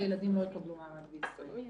הילדים לא יקבלו מעמד בישראל.